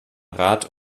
rat